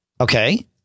Okay